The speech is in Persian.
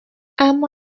اما